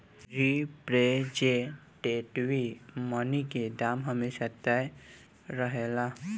representative money के दाम हमेशा तय रहेला